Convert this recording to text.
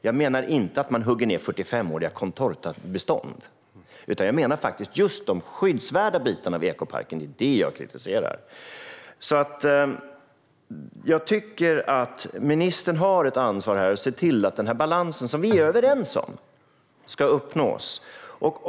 Jag menar inte att man hugger ned 45-åriga contortabestånd, utan jag menar just de skyddsvärda bitarna i ekoparken. Det är det jag kritiserar. Jag tycker att ministern har ett ansvar att se till att denna balans, som vi är överens om, uppnås.